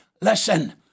Listen